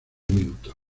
minutos